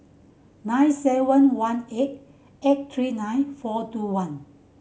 nine seven one eight eight three nine four two one